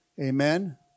Amen